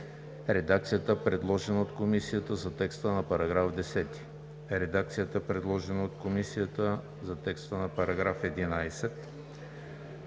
редакцията, предложена от Комисията за текста на § 10; редакцията, предложена от Комисията за текста на § 11;